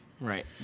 Right